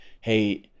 hey